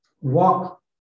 walk